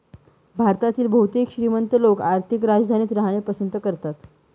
भारतातील बहुतेक श्रीमंत लोक आर्थिक राजधानीत राहणे पसंत करतात